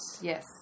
Yes